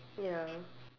ya